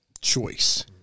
choice